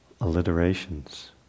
alliterations